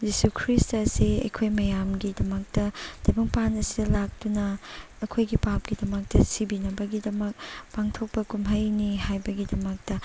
ꯖꯤꯁꯨ Christ ꯑꯁꯤ ꯑꯩꯈꯣꯏ ꯃꯌꯥꯝꯒꯤꯗꯃꯛꯇ ꯇꯥꯏꯕꯪꯄꯥꯟ ꯑꯁꯤꯗ ꯂꯥꯛꯇꯨꯅ ꯑꯩꯈꯣꯏꯒꯤ ꯄꯥꯞꯀꯤꯗꯃꯛꯇ ꯁꯤꯕꯤꯅꯕꯒꯤꯗꯃꯛ ꯄꯥꯡꯊꯣꯛꯄ ꯀꯨꯝꯍꯩꯅꯤ ꯍꯥꯏꯕꯒꯤꯗꯃꯛꯇ